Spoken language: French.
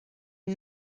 est